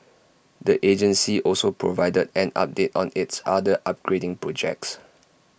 the agency also provided an update on its other upgrading projects